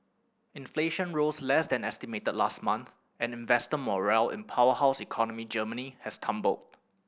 inflation rose less than estimated last month and investor morale in powerhouse economy Germany has tumbled